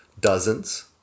dozens